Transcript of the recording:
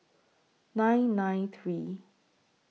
nine nine three